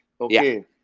Okay